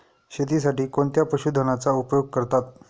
शेतीसाठी कोणत्या पशुधनाचा उपयोग करतात?